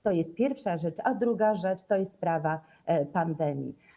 To jest pierwsza rzecz, a druga rzecz to jest sprawa pandemii.